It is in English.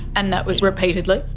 and that was repeatedly?